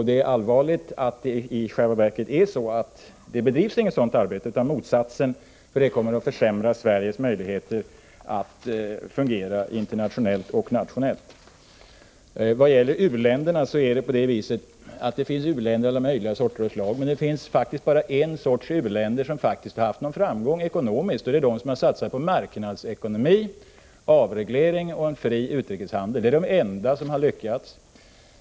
Det allvarliga är att regeringen i själva verket inte har bedrivit något avregleringsarbete utan motsatsen, vilket kommer att försämra Sveriges möjligheter att fungera internationellt och nationellt. Det finns u-länder av alla möjliga slag. Men de u-länder som har haft någon ekonomisk framgång är de som har satsat på marknadsekonomi, avreglering och en fri utrikeshandel. De är de enda som har lyckats.